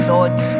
Lord